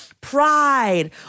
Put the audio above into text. Pride